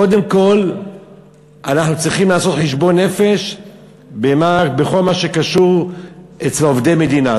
קודם כול אנחנו צריכים לעשות חשבון נפש בכל מה שקשור לעובדי מדינה,